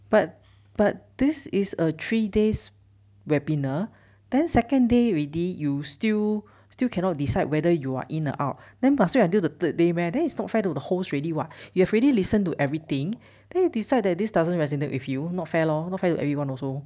but but this is a three days webinar then second day already you still still cannot decide whether you are in or out then must wait until the third day meh then it's not fair to the host already [what] you have already listened to everything then you decide that this doesn't resonate with you not fair lor not fair to everyone also